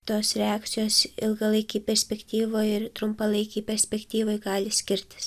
tos reakcijos ilgalaikėj perspektyvoj ir trumpalaikėj perspektyvoj gali skirtis